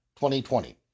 2020